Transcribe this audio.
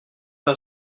pas